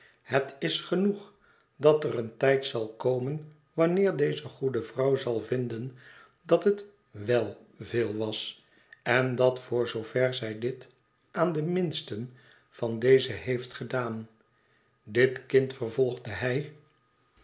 het is genoeg dat er een tijd zal komen wanneer deze goede vrouw zal vinden dat het wel veel was en dat voor zoover zij dit aan den minsten van deze heeft gedaan dit kind vervolgde hij